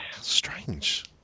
Strange